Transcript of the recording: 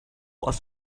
was